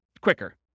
quicker